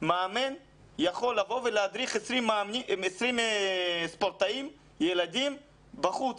מאמן יכול לבוא ולהדריך 20 ספורטאים ילדים בחוץ?